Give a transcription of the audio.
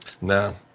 No